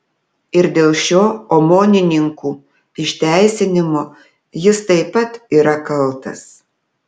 ir dėl šio omonininkų išteisinimo jis taip pat yra kaltas